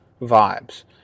vibes